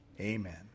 Amen